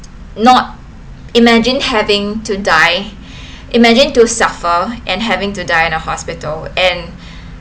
not imagine having to die imagine to suffer and having to die in a hospital and